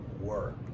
work